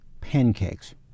Pancakes